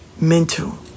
mental